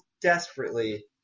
desperately